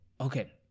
Okay